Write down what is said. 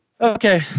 Okay